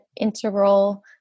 integral